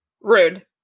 Rude